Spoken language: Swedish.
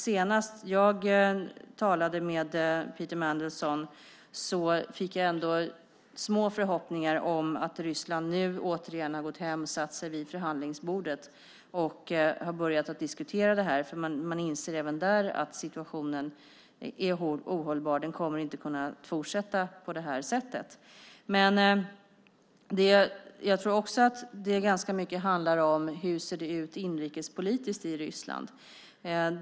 Senast jag talade med Peter Mandelson väcktes ändå små förhoppningar om att Ryssland återigen har satt sig vid förhandlingsbordet och börjat diskutera detta. Man inser även där att situationen är ohållbar; den kommer inte att kunna fortsätta på detta sätt. Men jag tror också att det ganska mycket handlar om hur det ser ut inrikespolitiskt i Ryssland.